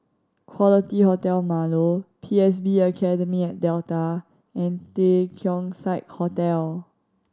Quality Hotel Marlow P S B Academy at Delta and The Keong Saik Hotel